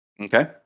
Okay